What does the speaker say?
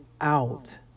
out